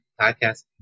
podcast